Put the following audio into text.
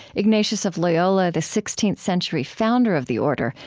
ignatius of loyola, the sixteenth century founder of the order,